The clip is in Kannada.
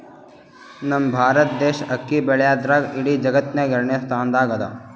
ನಮ್ ಭಾರತ್ ದೇಶ್ ಅಕ್ಕಿ ಬೆಳ್ಯಾದ್ರ್ದಾಗ್ ಇಡೀ ಜಗತ್ತ್ನಾಗೆ ಎರಡನೇ ಸ್ತಾನ್ದಾಗ್ ಅದಾ